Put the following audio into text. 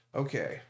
okay